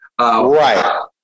Right